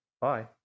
Bye